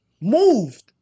moved